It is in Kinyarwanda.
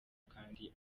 kandi